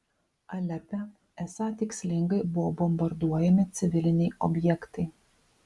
alepe esą tikslingai buvo bombarduojami civiliniai objektai